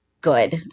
Good